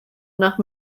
nach